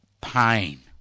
pain